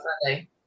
Sunday